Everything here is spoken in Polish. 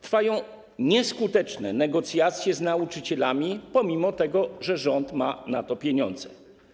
Trwają nieskuteczne negocjacje z nauczycielami, pomimo tego, że rząd ma pieniądze.